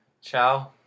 Ciao